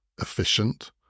efficient